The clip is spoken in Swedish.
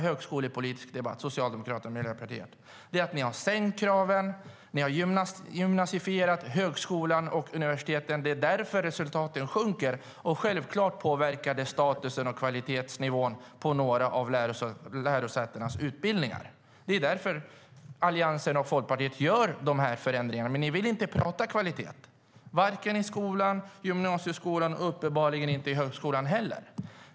Det som skiljer er i Socialdemokraterna och Miljöpartiet från oss är att ni har sänkt kraven och gymnasifierat högskolan och universiteten. Det är därför resultaten sjunker. Självklart påverkar det statusen och kvalitetsnivån på några av lärosätenas utbildningar. Det är därför Alliansen och Folkpartiet gör de här förändringarna. Men ni vill inte prata om kvalitet - inte i grundskolan, inte i gymnasieskolan och uppenbarligen inte i högskolan heller.